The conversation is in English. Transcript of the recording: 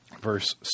verse